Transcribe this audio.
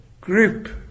group